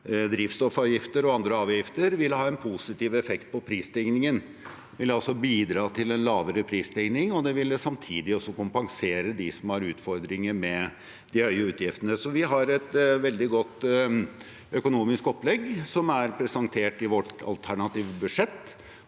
drivstoffavgifter og andre avgifter vil ha en positiv effekt på prisstigningen. Det vil bidra til en lavere prisstigning, og det vil samtidig også kompensere dem som har utfordringer med de høye utgiftene. Så vi har et veldig godt økonomisk opplegg, som er presentert i vårt alternative budsjett,